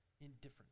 indifferent